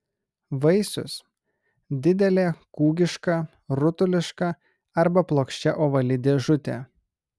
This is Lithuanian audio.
vaisius didelė kūgiška rutuliška arba plokščia ovali dėžutė